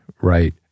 right